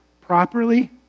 properly